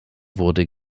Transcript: wurde